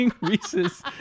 Reese's